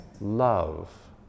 love